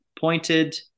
pointed